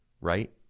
right